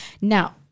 Now